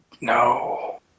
no